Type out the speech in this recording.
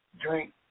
drink